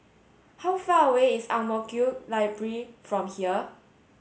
how far away is Ang Mo Kio Library from here